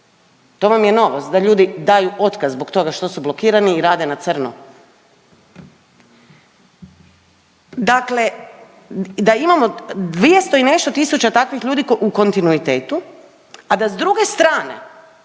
To vam je novost da ljudi daju otkaz zbog toga što su blokirani i rade na crno. Dakle, da imamo 200 i nešto tisuća takvih ljudi u kontinuitetu, a da s druge strane